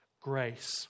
grace